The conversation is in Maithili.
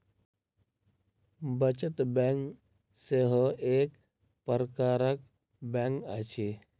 बचत बैंक सेहो एक प्रकारक बैंक अछि